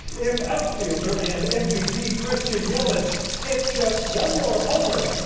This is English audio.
if outfielder and mvp christian yelich hit just one more homer,